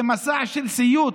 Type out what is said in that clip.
זה מסע של סיוט.